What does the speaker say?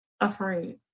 afraid